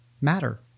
matter